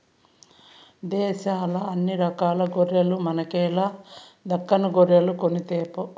దేశంల అన్ని రకాల గొర్రెల మనకేల దక్కను గొర్రెలు కొనితేపో